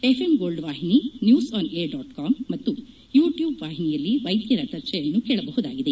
F M Gold ವಾಹಿನಿ news on air dot com ಮತ್ತು YouTube ವಾಹಿನಿಯಲ್ಲಿ ವೈದ್ಯರ ಚರ್ಚೆಯನ್ನು ಕೇಳಬಹುದಾಗಿದೆ